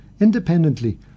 independently